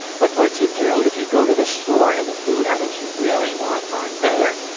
but what to do if you go to the store and the food items you really want aren't there?